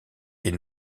est